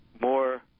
more